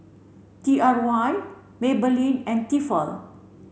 T R Y Maybelline and Tefal